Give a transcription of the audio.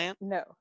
No